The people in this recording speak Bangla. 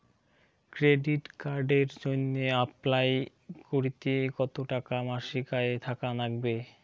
ক্রেডিট কার্ডের জইন্যে অ্যাপ্লাই করিতে কতো টাকা মাসিক আয় থাকা নাগবে?